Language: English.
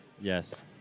Yes